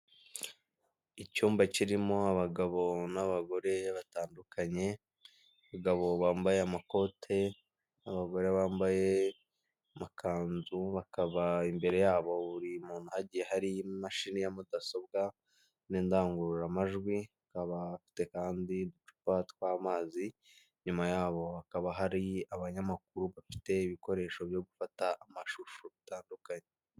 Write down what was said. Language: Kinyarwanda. Icyumba kirimo abagabo n'abagore batandukanye, abagabo bambaye amakote n'abagore bambaye amakanzu, bakaba imbere yabo buri muntu hagiye hari imashini ya mudasobwa n'indangururamajwi, bakaba bafite kandi ucupa tw'amazi, inyuma yabo hakaba hari abanyamakuru bafite ibikoresho byo gufata amashusho bitandukanye.